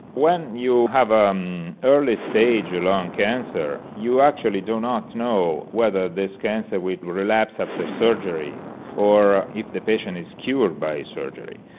when you have ah um early-stage lung cancer you actually do not know whether this cancer will relapse after surgery or if the patient is cured by surgery.